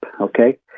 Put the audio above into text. Okay